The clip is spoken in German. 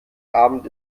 abend